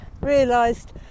realised